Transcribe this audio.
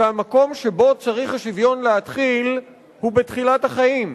והמקום שבו צריך השוויון להתחיל הוא בתחילת החיים,